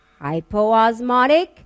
hypoosmotic